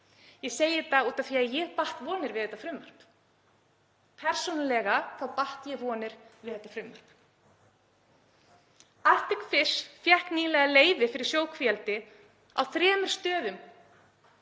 Ég segi þetta af því að ég batt vonir við þetta frumvarp. Persónulega batt ég vonir við þetta frumvarp. Arctic Fish fékk nýlega leyfi fyrir sjókvíaeldi á þremur stöðum